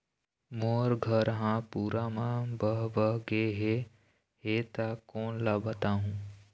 मोर घर हा पूरा मा बह बह गे हे हे ता कोन ला बताहुं?